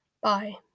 Bye